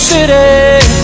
City